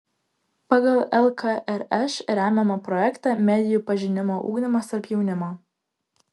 pagal lkrš remiamą projektą medijų pažinimo ugdymas tarp jaunimo